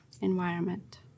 environment